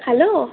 hello